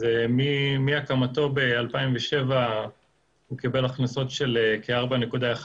מהקמתו ב-2007 הוא קיבל הכנסות של כ-4.1